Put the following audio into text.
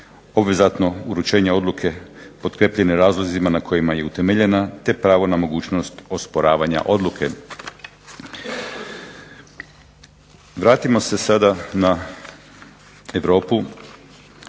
obvezatno uručenje odluke potkrijepljene razlozima na kojima je utemeljena te pravo na mogućnost osporavanja odluke. Vratimo se sada na Europu,